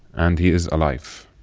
and he is alive